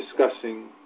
discussing